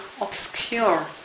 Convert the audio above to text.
obscure